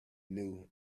knew